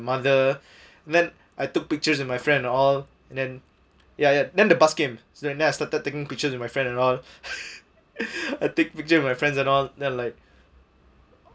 mother then I took pictures with my friend all and then ya ya then the bus came so and then I started taking pictures with my friend and all I take pictures with my friend and all then like